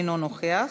אינו נוכח,